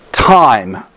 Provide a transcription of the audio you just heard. time